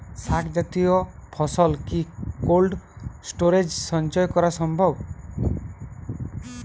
শাক জাতীয় ফসল কি কোল্ড স্টোরেজে সঞ্চয় করা সম্ভব?